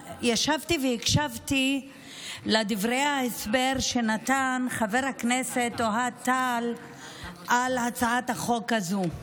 ישבתי והקשבתי לדברי ההסבר שנתן חבר הכנסת אוהד טל על הצעת החוק הזו.